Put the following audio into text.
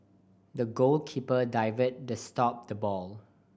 the goalkeeper dived to stop the ball